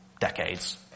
decades